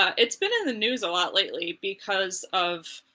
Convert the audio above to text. ah it's been in the news a lot lately because of,